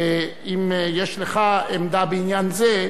ואם יש לך עמדה בעניין זה,